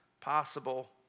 possible